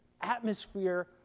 atmosphere